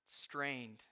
strained